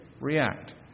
react